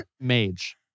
Mage